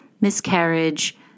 miscarriage